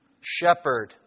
shepherd